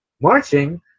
marching